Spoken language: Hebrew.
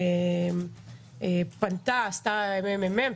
פנתה לממ"מ,